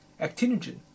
Actinogen